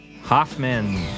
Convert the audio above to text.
hoffman